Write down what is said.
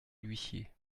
l’huissier